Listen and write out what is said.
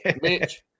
Mitch